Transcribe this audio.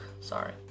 sorry